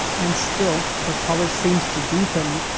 and still the color seems to deepen.